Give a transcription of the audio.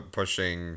pushing